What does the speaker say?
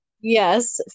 Yes